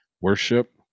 worship